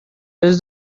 does